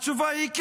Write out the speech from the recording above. התשובה היא כן.